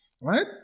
right